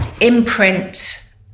imprint